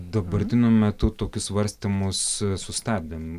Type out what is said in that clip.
dabartiniu metu tokius svarstymus sustabdėm